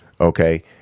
Okay